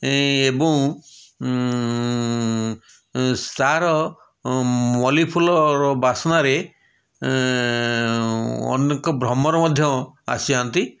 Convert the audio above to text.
ଏଁ ଏବଂ ଏଁ ତା'ର ମଲ୍ଲୀ ଫୁଲର ବାସ୍ନାରେ ଅନେକ ଭ୍ରମର ମଧ୍ୟ ଆସି ଯାଆନ୍ତି